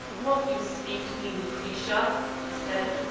won't you speak to me, lucretia? he said.